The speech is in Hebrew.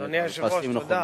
עלית על פסים נכונים.